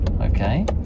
okay